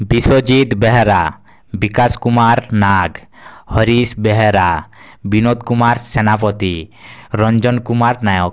Biswajit Behera Bikash Kumar Nag Harish Behera Binod Kumar Senapati Ranjan Kumar Nayak